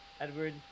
Edward